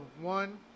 one